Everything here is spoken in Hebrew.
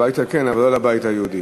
הביתה כן, אבל לא לבית היהודי.